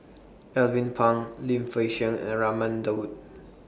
Alvin Pang Lim Fei Shen and Raman Daud